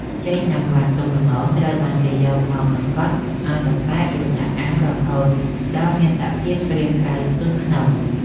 ចេកណាំវ៉ាទុំល្មមត្រូវបានគេយកមកសង្កត់ឱ្យសំប៉ែតរួចដាក់អាំងរហូតដល់មានសភាពក្រៀមក្រៅទន់ក្នុង។